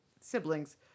siblings